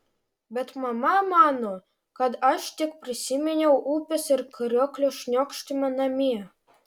bet mama mano kad aš tik prisiminiau upės ir krioklio šniokštimą namie